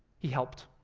he helped